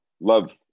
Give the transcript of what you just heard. love